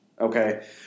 okay